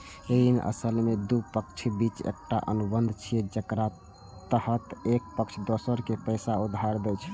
ऋण असल मे दू पक्षक बीच एकटा अनुबंध छियै, जेकरा तहत एक पक्ष दोसर कें पैसा उधार दै छै